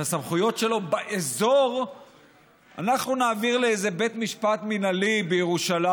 נעביר את הסמכויות שלו באזור לאיזה בית משפט מינהלי בירושלים.